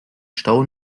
stau